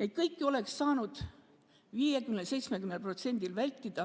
Neid kõiki oleks saanud 50–70%‑l vältida,